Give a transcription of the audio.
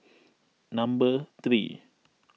number three